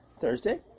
Thursday